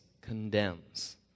condemns